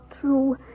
true